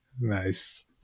Nice